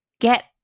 get